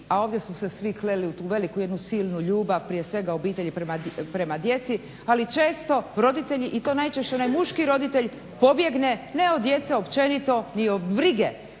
a ovdje su se svi kleli u jednu veliku silnu ljubav prije svega obitelji prema djeci, ali često roditelji i to najčešće onaj miški roditelj pobjegne ne od djece općenito ni od brige